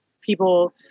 people